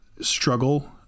struggle